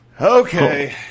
Okay